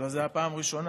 תודה רבה.